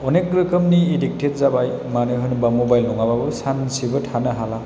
अनेक रोखोमनि इदिकटेट जाबाय मानो होनबा मबाइल नङाबाबो सानसेबो थानो हाला